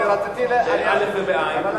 באל"ף ובעי"ן.